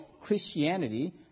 Christianity